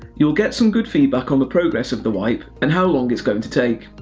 you'll get some good feedback on the progress of the wipe, and how long it's going to take.